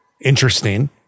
Interesting